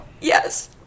Yes